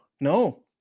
No